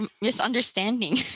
misunderstanding